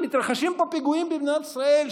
מתרחשים פה פיגועים במדינת ישראל,